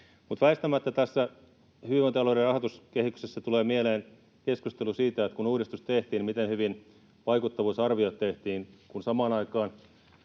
Väistämättä tässä hyvinvointialueiden rahoituskehyksessä tulee mieleen keskustelu siitä, että kun uudistus tehtiin, niin miten hyvin vaikuttavuusarviot tehtiin. Samaan aikaan